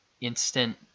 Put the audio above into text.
instant